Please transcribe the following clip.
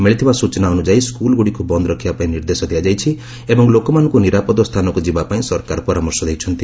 ମିଳିଥିବା ସୂଚନା ଅନୁଯାୟୀ ସ୍କୁଲଗୁଡ଼ିକୁ ବନ୍ଦ ରଖିବା ପାଇଁ ନିର୍ଦ୍ଦେଶ ଦିଆଯାଇଛି ଏବଂ ଲୋକମାନଙ୍କୁ ନିରାପଦ ସ୍ଥାନକୁ ଯିବା ପାଇଁ ସରକାର ପରାମର୍ଶ ଦେଇଛନ୍ତି